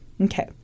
Okay